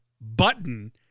Button